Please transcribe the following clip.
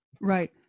Right